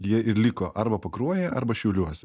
jie ir liko arba pakruojyje arba šiauliuose